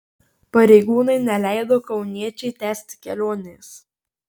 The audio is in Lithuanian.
pareigūnai neleido kauniečiui tęsti kelionės